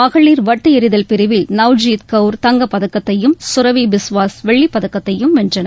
மகளிர் வட்டு எறிதல் பிரிவில் நவ்ஜீத் கவுர் தங்கப்பதக்கத்தையும் கரவி பிஸ்வாஸ் வெள்ளிப்பதக்கத்தையும் வென்றனர்